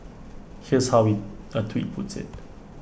here's how we A tweet puts IT